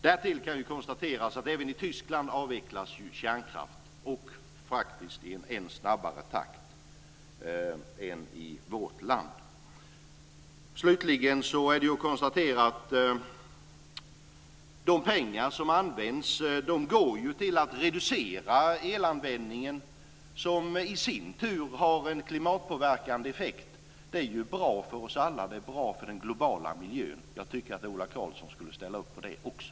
Därtill kan konstateras att även i Tyskland avvecklas kärnkraft och faktiskt i en än snabbare takt än i vårt land. Slutligen kan man konstatera att de pengar som används går till att reducera elanvändningen som i sin tur har en klimatpåverkande effekt. Det är ju bra för oss alla, och det är bra för den globala miljön. Jag tycker att Ola Karlsson skulle kunna ställa upp på det också.